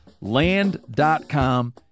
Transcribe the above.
Land.com